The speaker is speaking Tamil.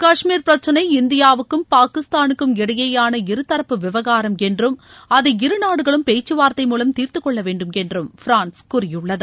கஷ்மீர் பிரச்சினை இந்தியாவுக்கும் பாகிஸ்தானுக்கும் இடையேயான இருதரப்பு விவகாரம் றி என்றும் அதை இருநாடுகளும் பேச்சுவார்த்தை மூவம் தீர்த்துக்கொள்ள வேண்டும் என்றும் பிரான்ஸ் கூறியுள்ளது